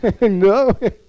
no